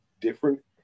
different